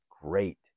Great